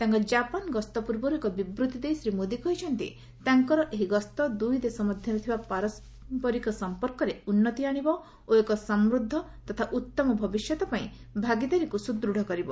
ତାଙ୍କ ଜାପାନ୍ ଗସ୍ତ ପୂର୍ବରୁ ଏକ ବିବୃତ୍ତି ଦେଇ ଶ୍ରୀ ମୋଦି କହିଛନ୍ତି ତାଙ୍କର ଏହି ଗସ୍ତ ଦୁଇ ଦେଶ ମଧ୍ୟରେ ଥିବା ପାରମ୍ପରିକ ସମ୍ପର୍କରେ ଉନ୍ଦତି ଆଶିବ ଓ ଏକ ସମୃଦ୍ଧ ତଥା ଉତ୍ତମ ଭବିଷ୍ୟତ ପାଇଁ ଭାଗିଦାରୀକୁ ସୁଦୃତ୍ କରିବ